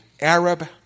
Arab